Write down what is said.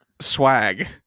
swag